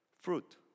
fruit